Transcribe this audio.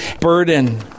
burden